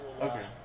Okay